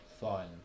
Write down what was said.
Fine